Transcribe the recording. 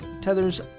tether's